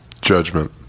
judgment